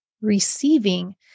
receiving